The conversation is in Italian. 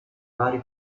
vari